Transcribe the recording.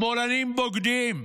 שמאלנים בוגדים.